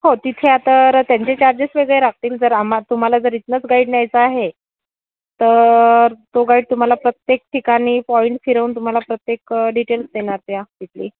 हो तिथे आता त्यांचे चार्जेस वेगळे राहतील जर आम्हा तुम्हाला जर इथनंच गाईड न्यायचा आहे तर तो गाईड तुम्हाला प्रत्येक ठिकाणी पॉईंट फिरवून तुम्हाला प्रत्येक डिटेल्स देणार त्या तिथली